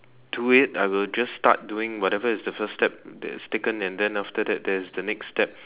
do it I will just start doing whatever is the first step that's taken and then after that there's the next step